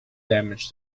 damage